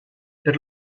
per